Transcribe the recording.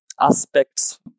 aspects